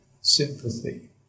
sympathy